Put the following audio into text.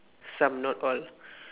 some not all